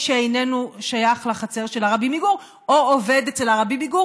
שאיננו שייך לחצר של הרבי מגור או עובד אצל הרבי מגור